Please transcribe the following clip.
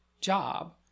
job